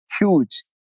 huge